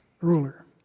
ruler